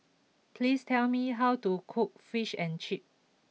please tell me how to cook Fish and Chips